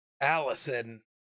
Allison